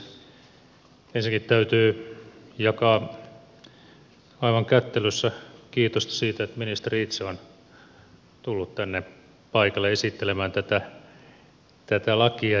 ensinnäkin täytyy jakaa aivan kättelyssä kiitosta siitä että ministeri itse on tullut tänne paikalle esittelemään tätä lakia